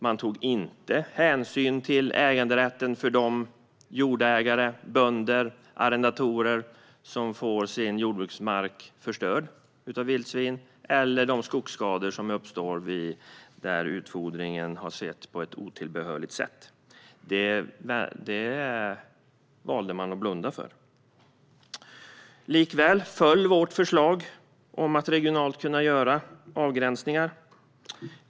Man tog inte hänsyn till äganderätten för de jordägare, bönder och arrendatorer som får sin jordbruksmark förstörd av vildsvin eller de skogsskador som uppstår där utfodringen har skett på ett otillbörligt sätt. Det valde man att blunda för. Likväl föll vårt förslag om att regionalt kunna göra avgränsningar.